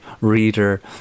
reader